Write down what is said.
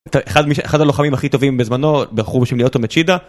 את אחד הלוחמים הכי טובים בזמנו, בחור בשם ליאוטו מצ'ידה.